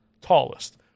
tallest